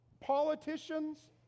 politicians